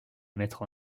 mettre